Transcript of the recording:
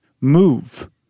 move